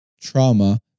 trauma